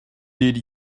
did